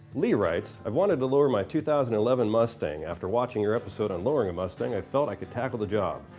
lee writes, i've wanted to lower my two thousand and eleven mustang. after watching your episode on lowering a mustang, i felt i could tackle the job.